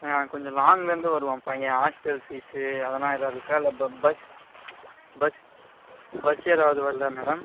கொஞ்சம் லாங்குலேருந்து வருவான் பையன் ஹாஸ்டல் ஃபீஸு அதெல்லாம் ஏதாவது இருக்கா இல்லை பஸ் பஸ் பஸ் எதாவது வருதா மேடம்